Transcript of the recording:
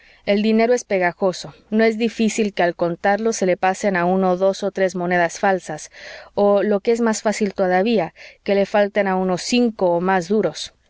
el dinero es pegajoso no es difícil que al contarlo se le pasen a uno dos o tres monedas falsas o lo que es más fácil todavía que le falten a uno cinco o más duros